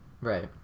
right